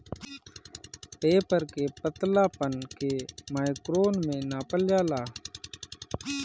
paper के पतलापन के माइक्रोन में नापल जाला